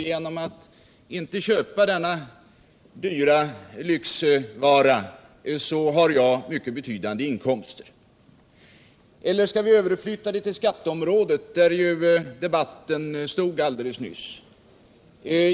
Genom att inte köpa denna dyra lyxvara får jag alltså enligt honom mycket betydande inkomster. Eller låt oss överflytta resonemanget till skatteområdet, där debatten stod alldeles nyss.